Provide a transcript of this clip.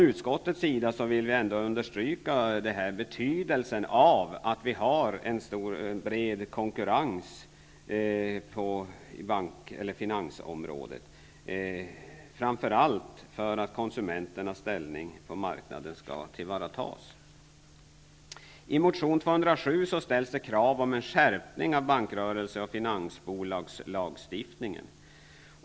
Utskottet vill ändå understryka betydelsen av en bred konkurrens på finansområdet, framför allt för att konsumenternas ställning på marknaden skall tillvaratas. I motion 207 ställs krav på en skärpning av bankrörelse och finansbolagslagstiftningen.